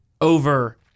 over